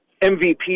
MVP